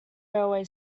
railway